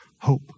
hope